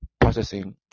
processing